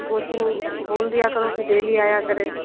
coaching बोल दिया करो कि डेली आया करे